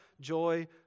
joy